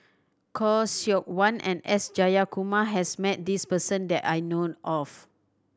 Khoo Seok Wan and S Jayakumar has met this person that I know of